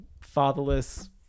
fatherless